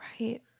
Right